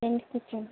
రండి కూర్చోండి